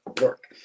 work